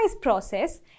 process